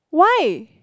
why